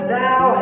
thou